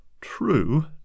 True